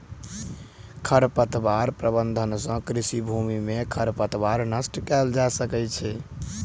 खरपतवार प्रबंधन सँ कृषि भूमि में खरपतवार नष्ट कएल जा सकै छै